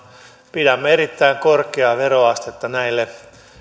pidämme erittäin korkeaa veroastetta näille